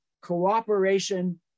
cooperation